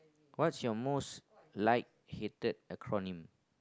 what's your most like hated a called name